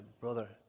brother